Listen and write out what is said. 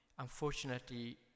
Unfortunately